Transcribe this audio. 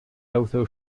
auto